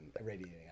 radiating